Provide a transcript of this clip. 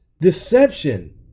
deception